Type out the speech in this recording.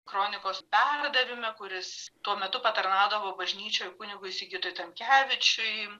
kronikos perdavime kuris tuo metu patarnaudavo bažnyčioj kunigui sigitui tamkevičiui